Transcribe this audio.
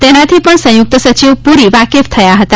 તેનાથી પણ સંયુક્ત સચિવ પૂરી વાકેફ થયા હતા